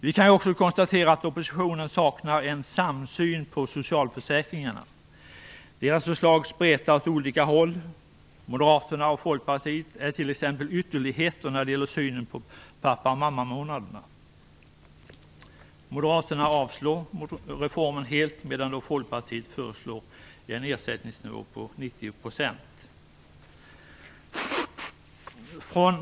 Vi kan också konstatera att oppositionen saknar samsyn på socialförsäkringarna. De olika partiernas förslag spretar åt olika håll. Moderaterna och Folkpartiet är t.ex. ytterligheter när det gäller synen på pappa och mammamånaderna. Moderaterna avstyrker reformen helt, medan Folkpartiet föreslår en ersättningsnivå på 90 %.